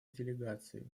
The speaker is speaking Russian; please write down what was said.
делегации